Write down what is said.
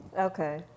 okay